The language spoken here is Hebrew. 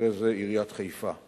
במקרה זה עיריית חיפה.